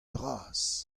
vras